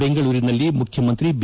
ಬೆಂಗಳೂರಿನಲ್ಲಿ ಮುಖ್ಯಮಂತ್ರಿ ಬಿ